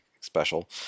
special